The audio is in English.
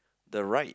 the right